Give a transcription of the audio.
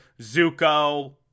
Zuko